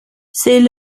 c’est